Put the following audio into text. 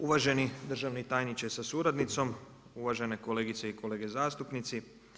Uvaženi državni tajniče sa suradnicom, uvažene kolegice i kolege zastupnici.